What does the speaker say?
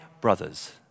brothers